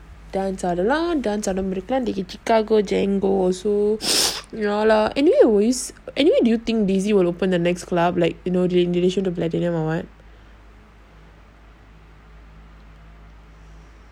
dance ah ஆடலாம்:adalam anyway will you anyway do you think daisy will open the next club like you know in relation to platinum or what